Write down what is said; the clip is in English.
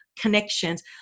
connections